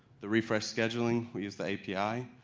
the refresh scheduling, we use the api.